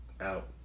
out